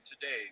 today